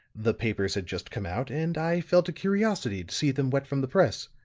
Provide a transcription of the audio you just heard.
the papers had just come out, and i felt a curiosity to see them wet from the press.